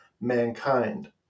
mankind